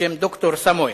בשם ד"ר סמואל,